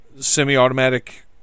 semi-automatic